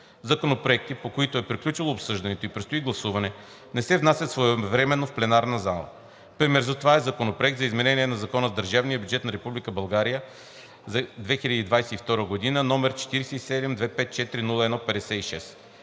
Законопроекти, по които е приключило обсъждането и предстои гласуване, не се внасят своевременно в пленарната зала. Пример за това е Законопроект за изменение на Закона за държавния бюджет на Република България за 2022 г., № 47-254-01-56.